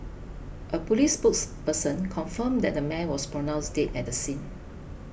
a police spokesperson confirmed that the man was pronounced dead at the scene